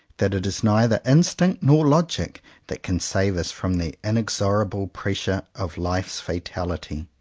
that it is neither instinct nor logic that can save us from the inexorable pressure of life's fatality.